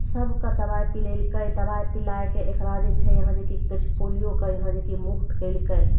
सबके दवाइ पिलेलकय दवाइ पिलायके एकरा जे छै यहाँ जे कि कि कहय छै पोलियोके यहाँ जे कि मुक्त कयलकय